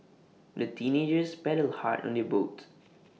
the teenagers paddled hard on their boat